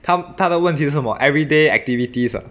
他他的问题是什么 everyday activities ah